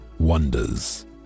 wonders